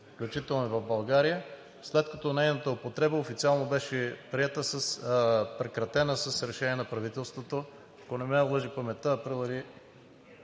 включително и в България, след като нейната употреба официално беше прекратена с решение на правителството, ако не ме лъже паметта – април или